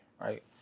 right